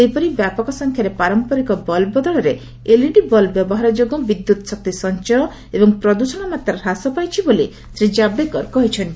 ସେହିପରି ବ୍ୟାପକ ସଂଖ୍ୟାରେ ପାରମ୍ପରିକ ବଲ୍ବ ବଦଳରେ ଏଲ୍ଇଡି ବଲ୍ବ ବ୍ୟବହାର ଯୋଗୁଁ ବିଦ୍ୟୁତ୍ ଶକ୍ତି ସଂଚୟ ଏବଂ ପ୍ରଦ୍ଷଣ ମାତ୍ରା ହ୍ରାସ ପାଇଛି ବୋଲି ଶ୍ରୀ ଜାବଡେକର କହିଛନ୍ତି